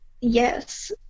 Yes